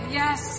yes